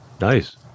Nice